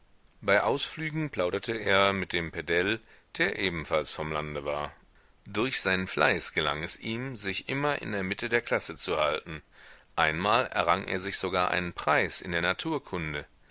bei ausflügen plauderte er mit dem pedell der ebenfalls vom lande war durch seinen fleiß gelang es ihm sich immer in der mitte der klasse zu halten einmal errang er sich sogar einen preis in der naturkunde